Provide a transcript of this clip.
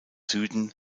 süden